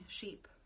sheep